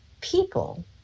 people